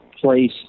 place